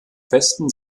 festen